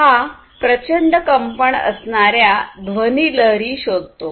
हा प्रचंड कंपन असणाऱ्या ध्वनी लहरी शोधतो